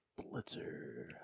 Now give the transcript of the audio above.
Blitzer